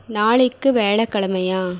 நாளைக்கு வியாழக்கிழமையா